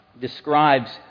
describes